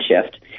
shift